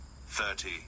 thirty